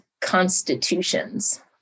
constitutions